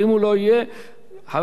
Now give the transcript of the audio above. חבר הכנסת ישראל אייכלר.